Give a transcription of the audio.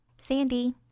sandy